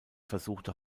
versuchte